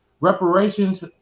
reparations